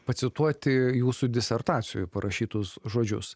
pacituoti jūsų disertacijoje parašytus žodžius